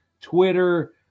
Twitter